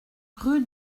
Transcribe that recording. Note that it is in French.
rue